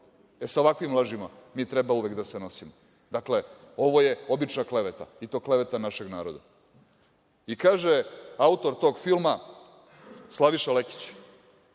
sa ovakvim lažima mi treba uvek da se nosimo. Dakle, ovo je obična kleveta i to kleveta našeg naroda. Kaže autor tog filma, Slaviša Lekić,